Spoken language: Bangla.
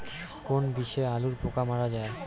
কোন বিষে আলুর পোকা মারা যায়?